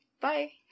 Bye